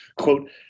quote